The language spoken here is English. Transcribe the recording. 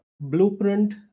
blueprint